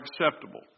acceptable